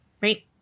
right